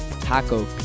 taco